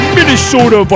Minnesota